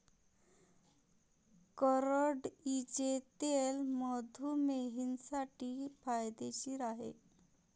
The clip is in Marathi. करडईचे तेल मधुमेहींसाठी फायदेशीर आहे